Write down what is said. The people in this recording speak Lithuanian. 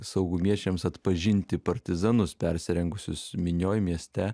saugumiečiams atpažinti partizanus persirengusius minioj mieste